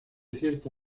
cierta